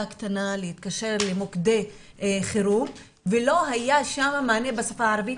קטנה להתקשר למוקדי חירום ולא היה שם מענה בשפה הערבית.